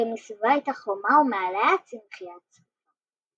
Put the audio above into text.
גם מסביבו היתה חומה ומעליה צמחיה צפופה.